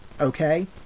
Okay